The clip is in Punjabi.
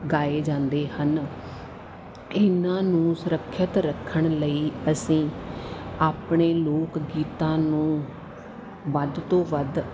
ਗਾਏ ਜਾਂਦੇ ਹਨ ਇਹਨਾਂ ਨੂੰ ਸੁਰੱਖਿਅਤ ਰੱਖਣ ਲਈ ਅਸੀਂ ਆਪਣੇ ਲੋਕ ਗੀਤਾਂ ਨੂੰ ਵੱਧ ਤੋਂ ਵੱਧ